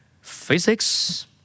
physics